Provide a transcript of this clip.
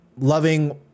loving